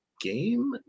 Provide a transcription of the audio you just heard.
game